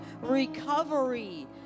recovery